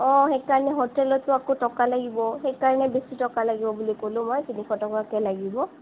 অঁ সেইকাৰণে হোটেলতো আকৌ টকা লাগিব সেইকাৰণে বেছি টকা লাগিব বুলি ক'লোঁ মই তিনিশ টকাকে লাগিব